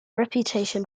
reputation